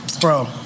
Bro